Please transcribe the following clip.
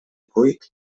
cuit